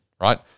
right